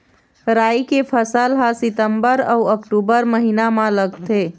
राई फसल हा सितंबर अऊ अक्टूबर महीना मा लगथे